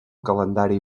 calendari